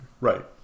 Right